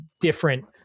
different